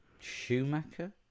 Schumacher